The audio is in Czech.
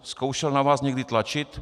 Zkoušel na vás někdy tlačit?